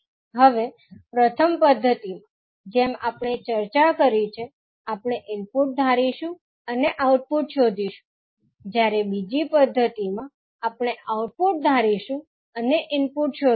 હવે પ્રથમ પદ્ધતિમાં જેમ આપણે ચર્ચા કરી છે આપણે ઇનપુટ ધારીશું અને આઉટપુટ શોધીશું જ્યારે બીજી પદ્ધતિ માં આપણે આઉટપુટ ધારીશું અને ઇનપુટ શોધીશું